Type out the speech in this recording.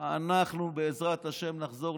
אנחנו, בעזרת השם, נחזור.